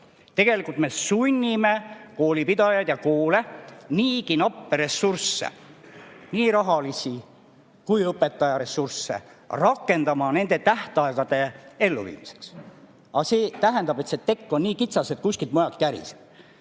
tegelikult me sunnime koolipidajaid ja koole niigi nappe ressursse, nii rahalist kui ka õpetajaressurssi, rakendama nende tähtaegade elluviimiseks. Aga see tähendab, et tekk on nii kitsas, et kuskilt mujalt käriseb.